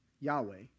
Yahweh